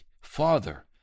Father